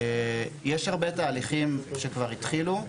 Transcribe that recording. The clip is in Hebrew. יש כבר הרבה תהליכים שכבר התחילו,